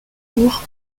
courts